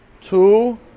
Two